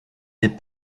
des